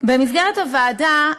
במסגרת הוועדה,